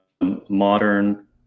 modern